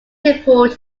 tripled